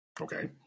Okay